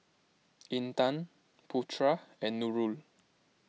Intan Putra and Nurul